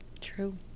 true